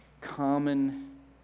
common